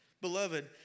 Beloved